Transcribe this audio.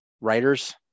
writers